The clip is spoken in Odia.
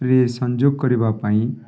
ରେ ସଂଯୋଗ କରିବା ପାଇଁ